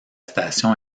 station